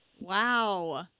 Wow